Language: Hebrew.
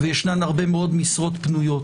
ויש הרבה מאוד משרות פנויות.